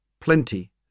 Plenty